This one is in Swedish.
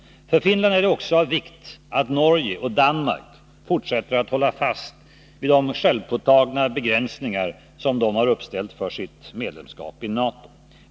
För Finland är det också av vikt att Norge och Danmark fortsätter att hålla fast vid de självpåtagna begränsningar, som de har uppställt för sitt medlemskap i NATO.